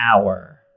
hour